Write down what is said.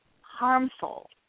harmful